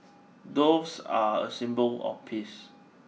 doves are a symbol of peace